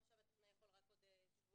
שהטכנאי יכול לבוא רק עוד שבועיים.